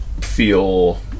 feel